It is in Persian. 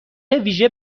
ویژه